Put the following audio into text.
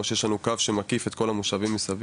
או שיש לנו קו שמקיף את כל המושבים מסביב.